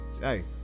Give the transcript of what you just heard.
hey